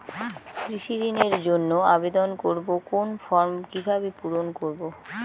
কৃষি ঋণের জন্য আবেদন করব কোন ফর্ম কিভাবে পূরণ করব?